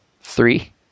Three